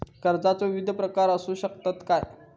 कर्जाचो विविध प्रकार असु शकतत काय?